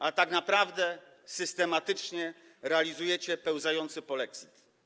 A tak naprawdę systematycznie realizujecie pełzający polexit.